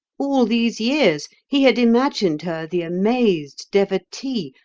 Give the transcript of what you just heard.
all these years he had imagined her the amazed devotee,